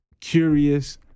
curious